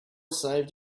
saved